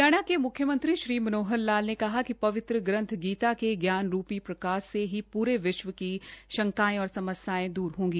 हरियाणा के मुख्यमंत्री श्री मनोहर लाल ने कहा है कि पवित्र ग्रंथ गीता के ज्ञान रूप प्रकाश से ही पूरे विश्व की शंकाएं और समस्यायें दूर होगी